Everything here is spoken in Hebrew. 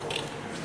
הכבוד.